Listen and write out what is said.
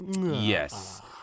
yes